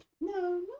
No